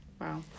Wow